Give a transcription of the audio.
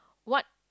what